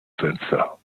fenster